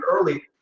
early